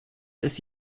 ist